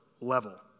level